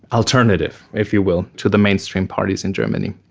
alternative, if you will, to the mainstream parties in germany.